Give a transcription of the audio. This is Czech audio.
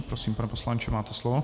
Prosím, pane poslanče, máte slovo.